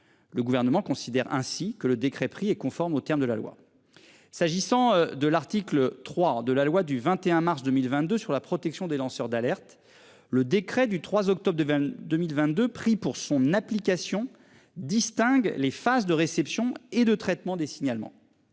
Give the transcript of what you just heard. Le gouvernement considère ainsi que le décret pris est conforme aux termes de la loi. S'agissant de l'article 3 de la loi du 21 mars 2022 sur la protection des lanceurs d'alerte. Le décret du 3 octobre 2 2022 pris pour son application distingue les phases de réception et de traitement des signalements.